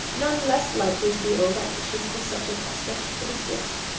none less likely to be over-anxious for such a prospect could exist.